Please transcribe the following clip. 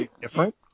different